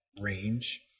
range